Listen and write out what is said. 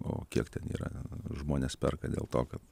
o kiek ten yra žmonės perka dėl to kad